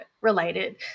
related